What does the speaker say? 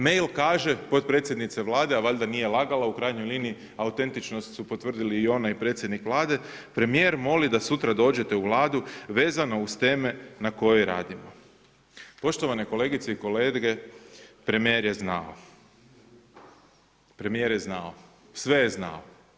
Mail kaže potpredsjednice Vlade a valjda nije lagala, u krajnjoj liniji, autentičnost su potvrdili i ona i predsjednik Vlade, „Premijer moli da sutra dođete u Vladu vezano uz teme na koje radimo.“ Poštovane kolegice i kolege, premijer je znao, sve je znao.